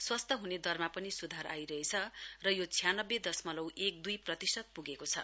स्वस्थ हुने दरमा पनि स्धार आइरहेछ र यो छयानब्बे दशमलउ एक दूई प्रतिशत प्गेको छ